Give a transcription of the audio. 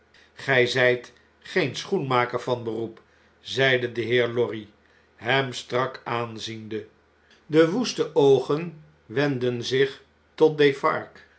zjjt geen schoenmaker van beroep zei de heer lorry hem strak aanziende de woeste oogen wendden zich tot defarge